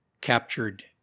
captured